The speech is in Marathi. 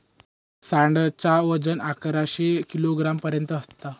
सांड च वजन अकराशे किलोग्राम पर्यंत असत